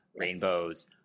Rainbows